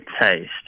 taste